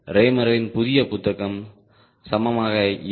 ரேமரின் புதிய புத்தகம் சமமான எம்